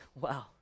Wow